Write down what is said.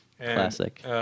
Classic